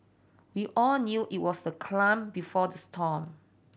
we all knew it was the before the storm